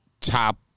top